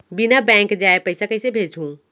बिना बैंक जाए पइसा कइसे भेजहूँ?